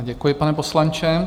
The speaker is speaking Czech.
Děkuji, pane poslanče.